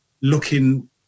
looking